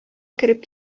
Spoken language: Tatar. кереп